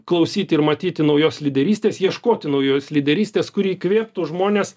klausyti ir matyti naujos lyderystės ieškoti naujos lyderystės kuri įkvėptų žmones